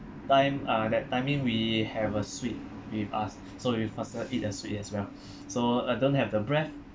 time uh that timing we have a sweet with us so we faster eat the sweet as well so I don't have the breath